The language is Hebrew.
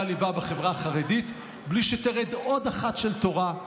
הליבה בחברה החרדית בלי שתרד אות אחת של תורה,